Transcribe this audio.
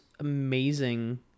Amazing